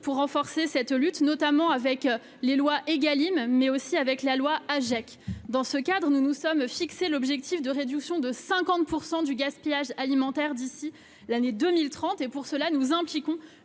pour renforcer cette lutte, notamment avec les loi Egalim mais aussi avec la loi Hajek dans ce cadre, nous nous sommes fixé l'objectif de réduction de 50 pour 100 du gaspillage alimentaire d'ici l'année 2030 et pour cela nous un